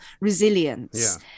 resilience